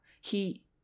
He—